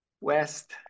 West